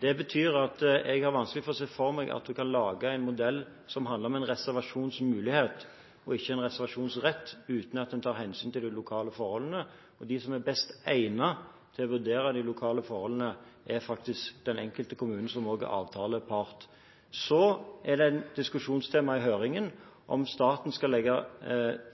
Det betyr at jeg har vanskelig for å se for meg at man kan lage en modell som handler om en reservasjonsmulighet – ikke en reservasjonsrett – uten at man tar hensyn til de lokale forholdene. For den som er best egnet til å vurdere de lokale forholdene, er faktisk den enkelte kommunen, som òg er avtalepart. Det er også et diskusjonstema i høringen om staten skal legge